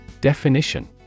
Definition